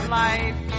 life